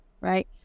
Right